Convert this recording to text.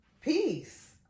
peace